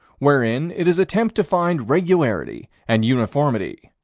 wherein it is attempt to find regularity and uniformity.